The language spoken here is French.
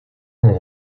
ont